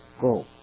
go